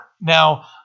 Now